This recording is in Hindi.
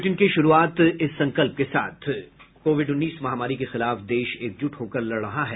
बुलेटिन की शुरूआत इस संकल्प के साथ कोविड उन्नीस महामारी के खिलाफ देश एकजुट होकर लड़ रहा है